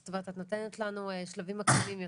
זאת אומרת את נותנת לנו שלבים מקדימים יותר.